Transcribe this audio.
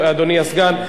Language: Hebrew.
אדוני הסגן,